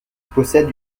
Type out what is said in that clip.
possède